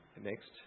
Next